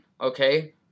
okay